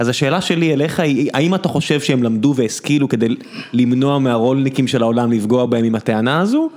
אז השאלה שלי אליך היא, האם אתה חושב שהם למדו והשכילו כדי למנוע מהרולניקים של העולם לפגוע בהם עם הטענה הזו?